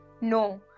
No